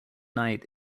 night